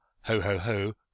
ho-ho-ho